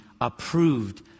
approved